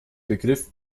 begriff